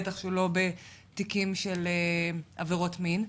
בטח לא בתיקים של עבירות מין.